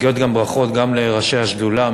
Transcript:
מגיעות ברכות גם לראשי השדולה,